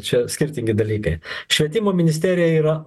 čia skirtingi dalykai švietimo ministerija yra